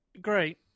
Great